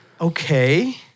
Okay